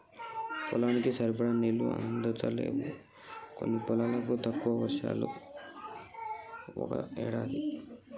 పొలానికి సరిపడా నీళ్లు అందుతలేవు కొన్ని పొలాలకు, తక్కువ వర్షాలు ఒక్కో ఏడాది